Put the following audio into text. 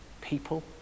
people